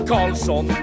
Carlson